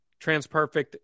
TransPerfect